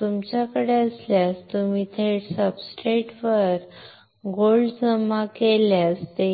तुमच्याकडे असल्यास तुम्ही थेट सब्सट्रेटवर सोने जमा केल्यास ते